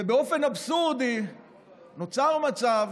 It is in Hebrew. ובאופן אבסורדי נוצר מצב